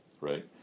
right